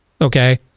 Okay